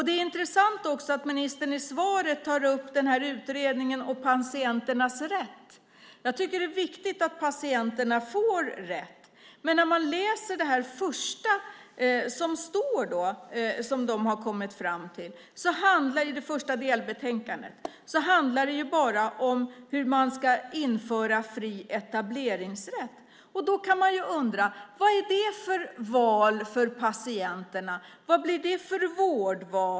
Det är intressant att ministern i svaret tar upp utredningen om patienternas rätt. Jag tycker att det är viktigt att patienterna får sin rätt. Men det första delbetänkandet handlar ju bara om hur man ska införa fri etableringsrätt. Då kan man undra: Vad blir det för vårdval för patienterna?